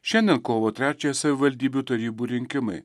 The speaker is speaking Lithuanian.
šiandien kovo trečiąją savivaldybių tarybų rinkimai